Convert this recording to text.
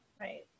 right